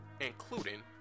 including